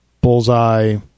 Bullseye